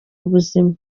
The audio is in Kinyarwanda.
ubuzima